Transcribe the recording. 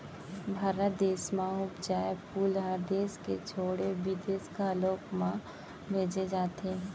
भारत देस म उपजाए फूल हर देस के छोड़े बिदेस घलौ म भेजे जाथे